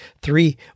three